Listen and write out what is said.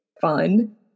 fun